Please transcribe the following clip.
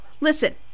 listen